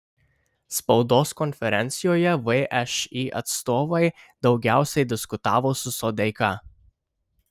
spaudos konferencijoje všį atstovai daugiausiai diskutavo su sodeika